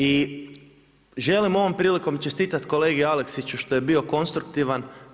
I želim ovom prilikom čestitati kolegi Aleksiću što je bio konstruktivan.